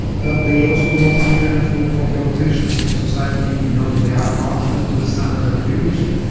but they also do not give enough room for the opposition, civil society, you know, they are not up to the standards that we wished.